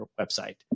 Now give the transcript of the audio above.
website